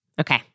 Okay